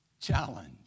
challenge